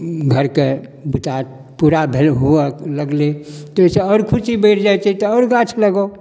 घरके काज पूरा भेल हुअऽ लगलै ताहिसँ आओर खुशी बढ़ि जाइ छै तऽ आओर गाछ लगाउ